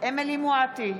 אמילי חיה מואטי,